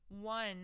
one